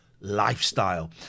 lifestyle